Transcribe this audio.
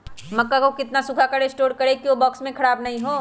मक्का को कितना सूखा कर स्टोर करें की ओ बॉक्स में ख़राब नहीं हो?